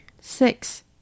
Six